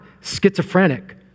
schizophrenic